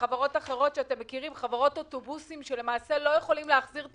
וחברות אוטובוסים שלמעשה לא יכולות להחזיר את